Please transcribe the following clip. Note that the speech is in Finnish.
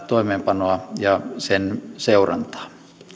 toimeenpanoa ja sen seurantaa